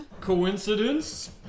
Coincidence